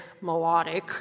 melodic